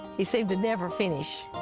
he seemed to never finish.